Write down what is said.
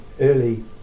early